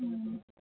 മ്മ്